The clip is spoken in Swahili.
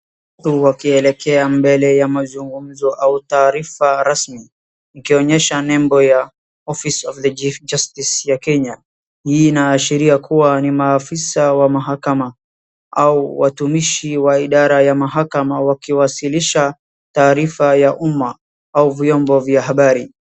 Watu wakielekea mbele ya mazugomzo au taarifa rasmi ikionyesha nembo ya office of the chief justice ya Kenya. Hii inaashiria kuwa ni maafisa wa mahakama au watumishi wa idara ya mahakama wakiwasilisha taarifa ya umma au vyombo vya habari.